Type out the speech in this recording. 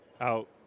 out